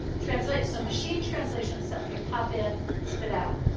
translate. so machine translation is something you pop in, spit out.